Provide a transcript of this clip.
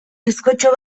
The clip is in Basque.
bizkotxo